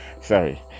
sorry